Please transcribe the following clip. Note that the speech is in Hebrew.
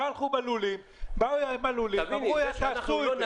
בלולים אמרו: תעשו את זה.